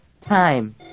Time